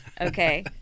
Okay